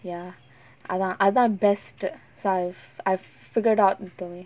ya அதா அதா:athaa athaa best uh saif I've figured out the way